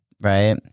Right